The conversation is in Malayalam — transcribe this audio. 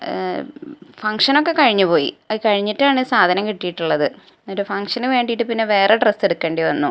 ഫംഗ്ഷനൊക്കെ കഴിഞ്ഞു പോയി അത് കഴിഞ്ഞിട്ടാണ് സാധനം കിട്ടിയിട്ടുള്ളത് എന്നിട്ട് ഫംഗ്ഷന് വേണ്ടിയിട്ട് പിന്നെ വേറെ ഡ്രസ്സ് എടുക്കേണ്ടി വന്നു